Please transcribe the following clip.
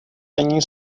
není